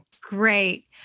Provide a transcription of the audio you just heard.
great